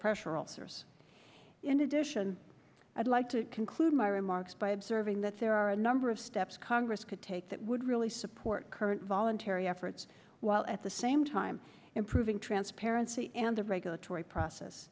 pressure alters in addition i'd like to conclude my remarks by observing that there are a number of steps congress could take that would really support current voluntary efforts while at the same time improving transparency and the regulatory process